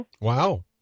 Wow